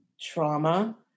Trauma